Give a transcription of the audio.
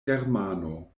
germano